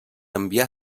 enviar